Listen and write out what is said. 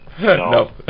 No